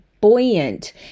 buoyant